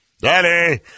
Daddy